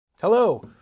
Hello